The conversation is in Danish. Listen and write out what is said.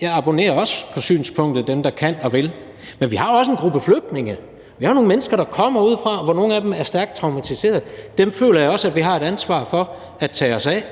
Jeg abonnerer også på synspunktet: Dem, der kan og vil. Men vi har jo også en gruppe flygtninge, altså vi har nogle mennesker, der kommer udefra, hvor nogle af dem er stærkt traumatiserede. Dem føler jeg også at vi har et ansvar for at tage os af.